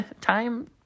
time